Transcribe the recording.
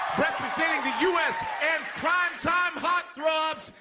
representing the u s. and primetime heartthrobs,